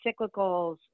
cyclicals